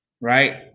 right